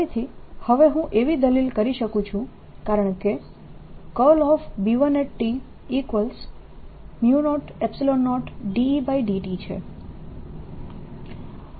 ફરીથી હવે હું એવી દલીલ કરી શકું છું કારણકે B100Et છે